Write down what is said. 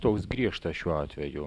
toks griežtas šiuo atveju